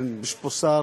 יש פה שר?